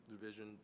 division